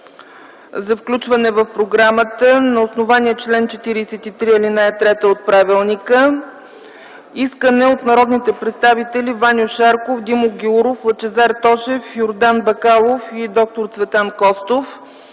за включване в програмата на основание чл. 43, ал. 3 от правилника – искане от народните представители Ваньо Шарков, Димо Гяуров, Лъчезар Тошев, Йордан Бакалов и д р Цветан Костов